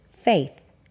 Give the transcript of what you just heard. faith